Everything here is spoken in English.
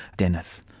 dennis?